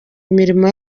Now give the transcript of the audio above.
imirimo